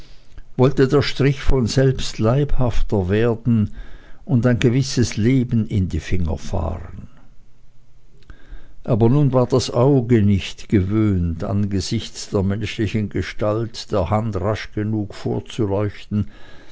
wollte der strich von selbst leibhafter werden und ein gewisses leben in die finger fahren aber nun war das auge nicht gewöhnt angesichts der menschlichen gestalt der hand rasch genug vorzuleuchten